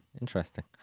interesting